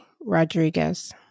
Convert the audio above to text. Rodriguez